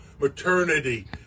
maternity